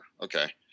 okay